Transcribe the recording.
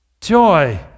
Joy